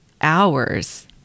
Hours